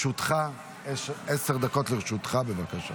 עשר דקות לרשותך, בבקשה.